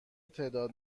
تعداد